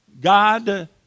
God